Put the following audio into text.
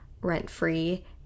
rent-free